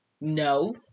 No